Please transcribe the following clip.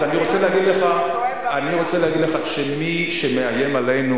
אני רוצה להגיד לך שמי שמאיים עלינו